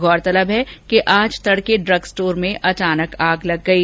गौरतलब है कि आज तड़कें ड्रग स्टोर में अचानक आग लग गई